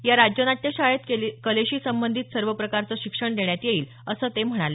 या राज्य नाट्य शाळेत कलेशी संबंधित सर्व प्रकारचं शिक्षण देण्यात येईलअसं ते म्हणाले